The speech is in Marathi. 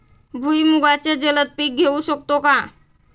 भुईमुगाचे जलद पीक घेऊ शकतो का?